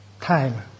time